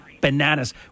bananas